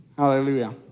Hallelujah